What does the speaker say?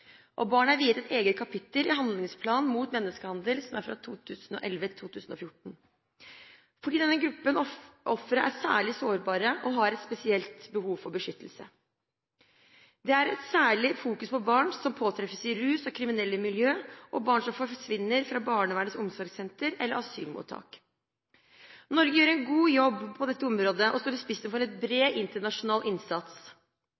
handlingsplaner. Barn er viet et eget kapittel i regjeringens handlingsplan mot menneskehandel for 2011–2014 fordi denne gruppen ofre er særlig sårbare og har et spesielt behov for beskyttelse. Det er særlig fokusert på barn som påtreffes i rus- og kriminelle miljø, og barn som forsvinner fra barnevernets omsorgssentre eller asylmottak. Norge gjør en god jobb på dette området og står i spissen for